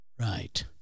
right